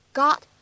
got